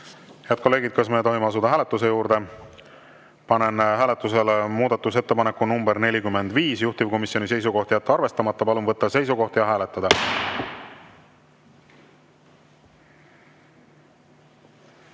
Head kolleegid, kas me tohime asuda hääletuse juurde? Panen hääletusele muudatusettepaneku nr 73, juhtivkomisjoni seisukoht on jätta arvestamata. Palun võtta seisukoht ja hääletada!